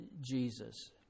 Jesus